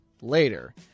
later